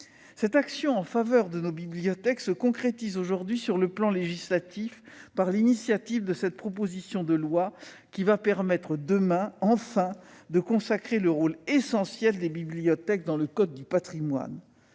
Cette action en faveur de nos bibliothèques se concrétise aujourd'hui sur le plan législatif par l'initiative de cette proposition de loi qui va permettre demain, enfin, de consacrer le rôle essentiel des bibliothèques dans le code du patrimoine.